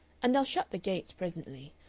and they'll shut the gates presently.